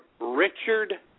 Richard